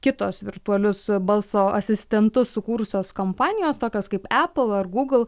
kitos virtualius balso asistentus sukūrusios kompanijos tokios kaip apple ar google